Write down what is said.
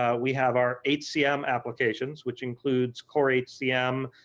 ah we have our hcm applications which includes core hcm,